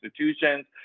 institutions